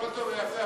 הכול טוב ויפה,